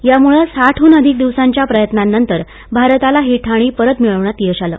त्यामुळं साठहून अधिक दिवसांच्या प्रयत्नांनंतर भारताला ही ठाणी परत मिळवण्यात यश मिळालं